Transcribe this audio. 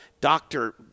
doctor